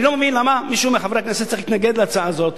אני לא מבין למה מישהו מחברי הכנסת צריך להתנגד להצעה הזו.